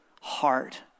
heart